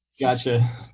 Gotcha